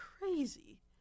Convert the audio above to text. crazy